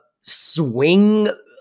swing